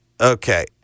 Okay